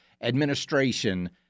administration